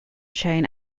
chain